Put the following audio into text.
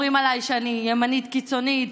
אומרים עליי שאני ימנית קיצונית,